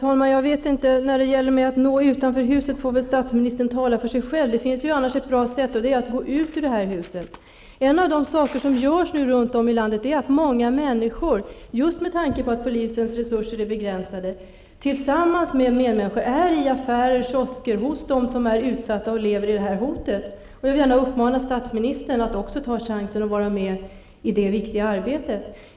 Herr talman! När det gäller att nå utanför huset får väl statsministern tala för sig själv. Det finns annars ett bra sätt, och det är att gå ut ur det här huset. En av de många saker som görs runt om i landet är att många människor, just med tanke på att polisens resurser är så begränsade, är tillsammans med sina medmänniskor i affärer, kiosker, hos dem som är utsatta och lever under hotet. Jag vill gärna uppmana statsministern att också ta chansen att vara med i detta viktiga arbete.